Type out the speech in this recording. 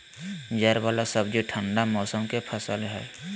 जड़ वाला सब्जि ठंडा मौसम के फसल हइ